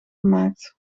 gemaakt